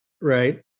right